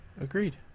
agreed